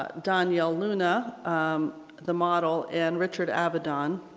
but donyale luna the model and richard avedon